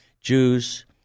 Jews